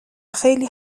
خیلی